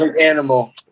animal